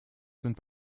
sind